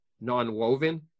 non-woven